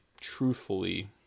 truthfully